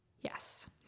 Yes